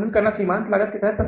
संग्रह का अधिशेष है